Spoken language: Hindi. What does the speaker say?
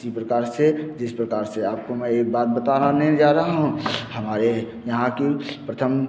इसी प्रकार से जिस प्रकार से आपको मैं एक बात बताने जा रहा हूँ हमारे यहाँ की प्रथम